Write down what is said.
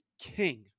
king